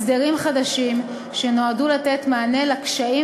הסדרים חדשים שנועדו לתת מענה לקשיים